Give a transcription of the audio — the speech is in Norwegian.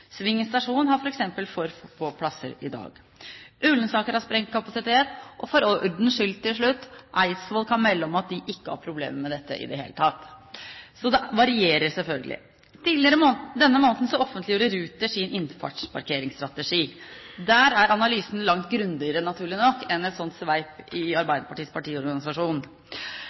har f.eks. for få plasser i dag. Ullensaker har sprengt kapasitet. For ordens skyld, til slutt: Eidsvoll kan melde om at de ikke har problemer med dette i det hele tatt. Så det varierer selvfølgelig. Tidligere denne måneden offentliggjorde Ruter sin innfartsparkeringsstrategi. Der er analysen langt grundigere, naturlig nok, enn et sånt sveip i Arbeiderpartiets partiorganisasjon.